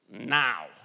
now